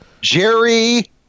Jerry